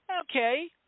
okay